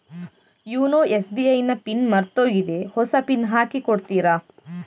YONO SBI ನ PIN ಮರ್ತೋಗಿದೆ ಹೊಸ ಪಿನ್ ಹಾಕಿ ಕೊಡ್ತೀರಾ?